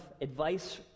advice